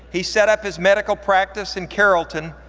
he set up his medical practice in carrolton,